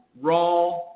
Raw